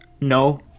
No